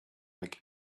like